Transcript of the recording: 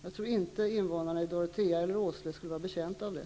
Jag tror inte att invånarna i Dorotea eller Åsele skulle vara betjänta av det.